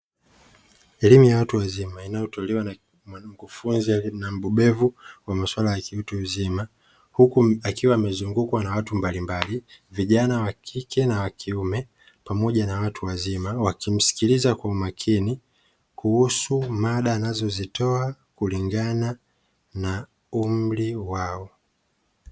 Elimu ya watu wazima inayotolewa na mkufunzi mbobevu wa masuala ya kiutu uzima, huku akiwa amezungukwa na watu mbalimbali vijana wa kike na wa kiume pamoja na watu wazima, wakimsikiliza kwa umakini kuhusu mada anazozitoa kulingana na umri wao.